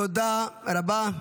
תודה רבה.